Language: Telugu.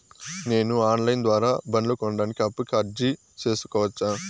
నేను ఆన్ లైను ద్వారా బండ్లు కొనడానికి అప్పుకి అర్జీ సేసుకోవచ్చా?